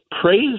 praise